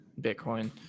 Bitcoin